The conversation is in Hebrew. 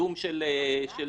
קידום של דברים.